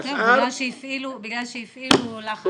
כן, בגלל שהפעילו לחץ.